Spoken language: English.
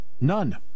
None